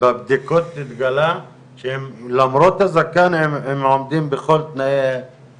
אז מגיע נציג הרשות המקומית כדי לטפל בכל הדברים